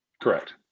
Correct